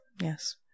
Yes